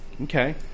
Okay